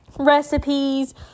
recipes